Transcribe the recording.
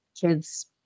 kids